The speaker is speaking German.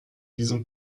diesem